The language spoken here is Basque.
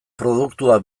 produktua